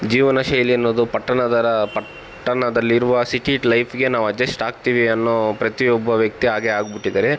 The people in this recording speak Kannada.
ಜೀವನ ಶೈಲಿ ಅನ್ನೋದು ಪಟ್ಟಣದ ಪಟ್ಟಣದಲ್ಲಿರುವ ಸಿಟಿ ಲೈಫಿಗೆ ನಾವು ಅಜ್ಜಸ್ಟ್ ಆಗ್ತೀವಿ ಅನ್ನೋ ಪ್ರತಿಯೊಬ್ಬ ವ್ಯಕ್ತಿ ಹಾಗೆ ಆಗ್ಬಿಟ್ಟಿದ್ದಾರೆ